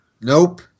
Nope